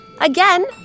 again